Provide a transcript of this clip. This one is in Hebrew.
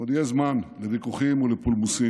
עוד יהיה זמן לוויכוחים ולפולמוסים,